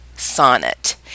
sonnet